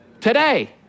Today